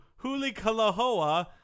Hulikalahoa